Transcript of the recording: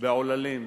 בעוללים.